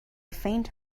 faint